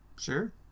Sure